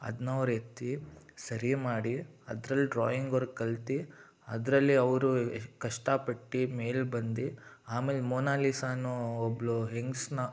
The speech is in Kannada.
ಅದನ್ನ ಅವ್ರು ಎತ್ತಿ ಸರಿ ಮಾಡಿ ಅದ್ರಲ್ಲಿ ಡ್ರಾಯಿಂಗ್ ವರ್ಕ್ ಕಲ್ತು ಅದರಲ್ಲಿ ಅವರು ಕಷ್ಟ ಪಟ್ಟು ಮೇಲೆ ಬಂದು ಆಮೇಲೆ ಮೊನಾಲಿಸಾ ಅನ್ನೋ ಒಬ್ಬಳು ಹೆಂಗಸನ್ನ